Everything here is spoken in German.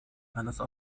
eines